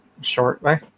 shortly